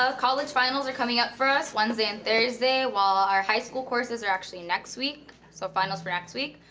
ah college finals are coming up for us wednesday and thursday, while our high school courses are actually next week, so finals for next week.